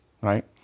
right